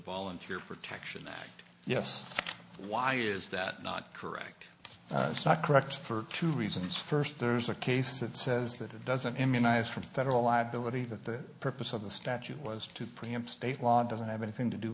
volunteer protection act yes why is that not correct it's not correct for two reasons first there's a case that says that it doesn't immunize from federal liability that the purpose of the statute was to preempt state law doesn't have anything to do